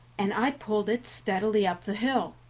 and i pulled it steadily up the hill,